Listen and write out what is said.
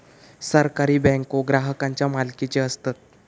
सहकारी बँको ग्राहकांच्या मालकीचे असतत